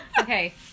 Okay